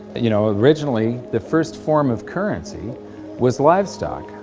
you know originally the first form of currency was livestock.